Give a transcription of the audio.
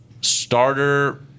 starter